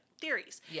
theories